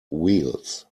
wheels